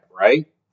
right